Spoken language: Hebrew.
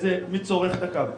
מי צורך את הקו,